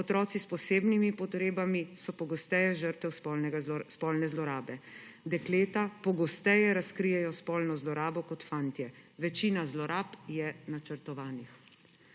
Otroci s posebnimi potrebami so pogosteje žrtev spolne zlorabe. Dekleta pogosteje razkrijejo spolno zlorabo kot fantje. Večina zlorab je načrtovanih.